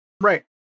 right